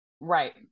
Right